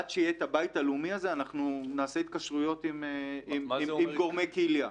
עד שיהיה את הבית הלאומי הזה אנחנו נעשה התקשרויות עם גורמי קהילה.